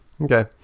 okay